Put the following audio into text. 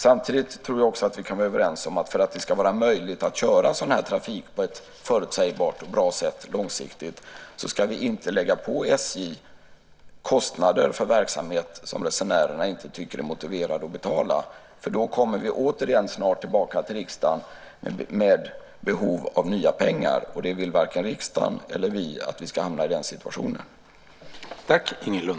Samtidigt tror jag att vi kan vara överens om att för att det ska vara möjligt att köra sådan här trafik på ett förutsägbart och bra sätt långsiktigt ska vi inte lägga på SJ kostnader för verksamhet som resenärerna inte tycker att det är motiverat att betala för. Då kommer de snart tillbaka till riksdagen igen med behov av nya pengar, och varken riksdagen eller vi vill att vi ska hamna i den situationen.